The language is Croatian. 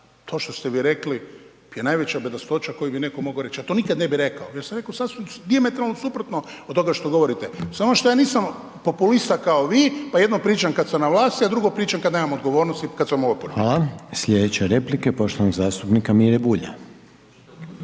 to što ste vi rekli je najveća bedastoća koju bi neko mogao reći, ja to nikada ne bih rekao. Ja sam rekao sasvim dijametralno suprotno od toga što govorite, samo što ja nisam populista kao vi pa jedno pričam kada sam na vlasti, a drugo pričam kada nemam odgovornosti kada sam u oporbi. **Reiner, Željko (HDZ)** Hvala. Sljedeća replika je poštovanog zastupnika Mire Bulja.